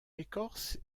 écorce